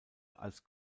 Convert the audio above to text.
als